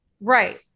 Right